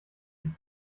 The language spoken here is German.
sich